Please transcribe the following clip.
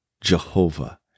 jehovah